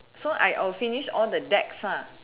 so I orh finish all the decks ah